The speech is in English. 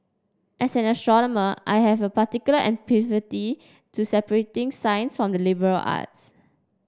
as an astronomer I have a particular to separating science from the liberal arts